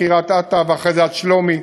קריית-אתא ואחרי זה עד שלומי,